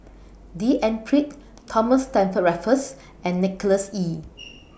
D N Pritt Thomas Stamford Raffles and Nicholas Ee